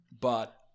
but-